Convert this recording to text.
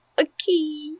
okay